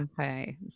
Okay